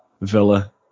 Villa